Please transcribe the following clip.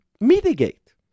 mitigate